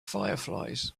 fireflies